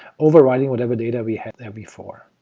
overwriting whatever data we had there before.